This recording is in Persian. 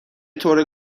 طور